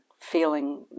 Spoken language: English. feeling